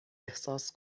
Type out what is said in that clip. احساس